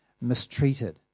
mistreated